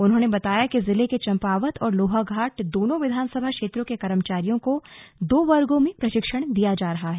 उन्होंने बताया कि जिले के चम्पावत और लोहाघाट दोनों विधानसभा क्षेत्रों के कर्मचारियो को दो वर्गों में प्रशिक्षण दिया जा रहा है